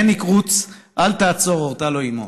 "הניק, רוץ, אל תעצור", הורתה לו אימו.